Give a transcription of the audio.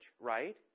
right